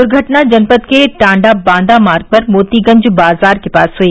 दुर्घटना जनपद के टांडा बांदा मार्ग पर मोतीगंज बाजार के पास हुई